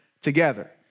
together